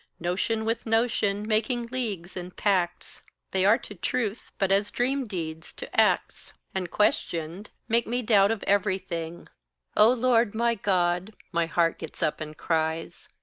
notion with notion making leagues and pacts they are to truth but as dream-deeds to acts, and questioned, make me doubt of everything o lord, my god, my heart gets up and cries,